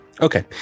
Okay